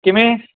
ਕਿਵੇਂ